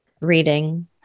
Reading